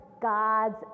God's